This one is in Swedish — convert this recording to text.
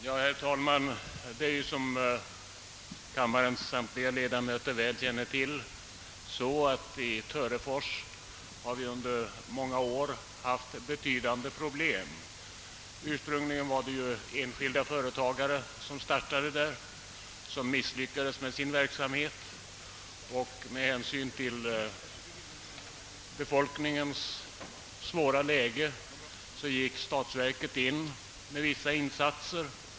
Herr talman! Som kammarens samtliga ledamöter väl känner till har vi i Törefors under många år haft betydande problem. Ursprungligen var det enskilda företagare som startade verksamheten där och misslyckades, varefter statsverket med hänsyn till befolkningens svåra läge trädde till med vissa insatser.